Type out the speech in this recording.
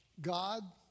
God